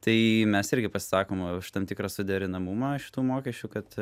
tai mes irgi pasisakom už tam tikrą suderinamumą šitų mokesčių kad